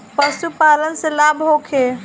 पशु पालन से लाभ होखे?